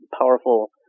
powerful